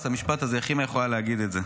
המשפט הזה בלתי נתפס, איך אימא יכולה להגיד את זה?